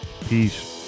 Peace